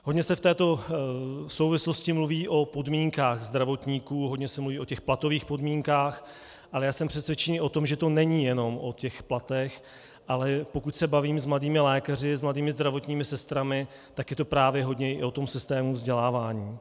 Hodně se v této souvislosti mluví o podmínkách zdravotníků, hodně se mluví o platových podmínkách, ale já jsem přesvědčen o tom, že to není jenom o platech, ale pokud se bavím s mladými lékaři, s mladými zdravotními sestrami, tak je to právě hodně i o systému vzdělávání.